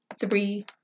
three